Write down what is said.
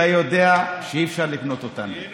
אתה יודע שאי-אפשר לקנות אותנו.